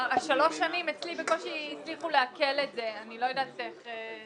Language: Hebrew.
אצלי בקושי הצליחו לעכל את השלוש שנים.